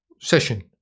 session